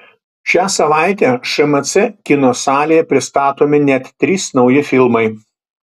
šią savaitę šmc kino salėje pristatomi net trys nauji filmai